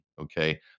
Okay